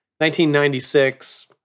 1996